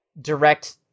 direct